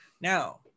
Now